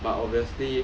but obviously